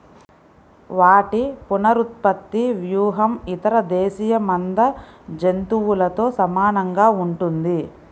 వాటి పునరుత్పత్తి వ్యూహం ఇతర దేశీయ మంద జంతువులతో సమానంగా ఉంటుంది